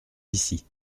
ici